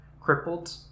crippled